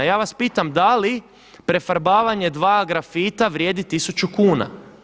Ja vas pitam da li prefarbavanje dva grafita vrijedi 1000 kuna.